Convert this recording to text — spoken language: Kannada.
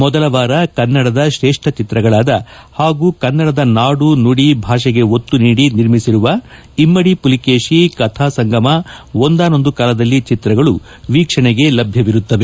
ಮೊದಲ ವಾರ ಕನ್ನಡದ ತ್ರೇಪ್ಪ ಚಿತ್ರಗಳಾದ ಹಾಗೂ ಕನ್ನಡದ ನಾಡು ನುಡಿ ಭಾಷೆಗೆ ಒತ್ತು ನೀಡಿ ನಿರ್ಮಿಸಿರುವ ಇಮ್ಲಡಿ ಪುಲಿಕೇಶಿ ಕಥಾ ಸಂಗಮ ಒಂದಾನೊಂದು ಕಾಲದಲ್ಲಿ ಚಿತ್ರಗಳು ವೀಕ್ಷಣೆಗೆ ಲಭ್ಲವಿರುತ್ತದೆ